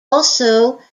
also